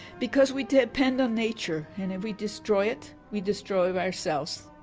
because we depend on nature and if we destroy it, we destroy ourselves.